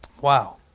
Wow